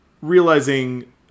realizing